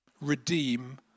redeem